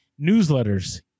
newsletters